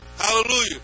Hallelujah